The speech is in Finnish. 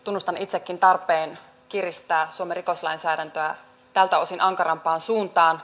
tunnustan itsekin tarpeen kiristää suomen rikoslainsäädäntöä tältä osin ankarampaan suuntaan